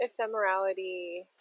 ephemerality